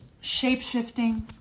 Shape-shifting